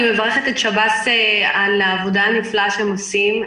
אני מברכת את שב"ס על העבודה הנפלאה שהם עושים.